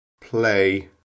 play